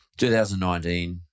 2019-